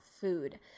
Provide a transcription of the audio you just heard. food